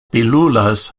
pílulas